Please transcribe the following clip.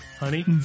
honey